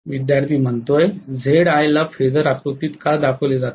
विद्यार्थी Zi ला phasor आकृतीत का दाखवले जात नाही